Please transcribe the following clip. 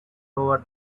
over